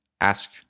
ask